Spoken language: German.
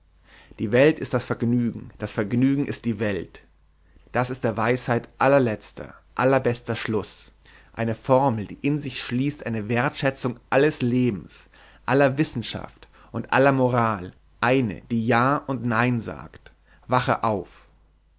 die welt ist das vergnügen das vergnügen ist die welt das ist der weisheit allerletzter allerbester schluß eine formel die in sich schließt eine wertschätzung alles lebens aller wissenschaft und aller moral eine die ja und nein sagt wache auf